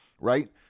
Right